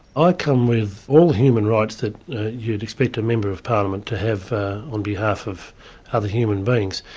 i come with all human rights that you'd expect a member of parliament to have on behalf of other human beings.